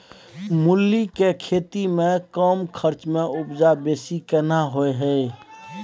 मूली के खेती में कम खर्च में उपजा बेसी केना होय है?